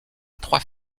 trois